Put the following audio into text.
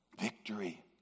Victory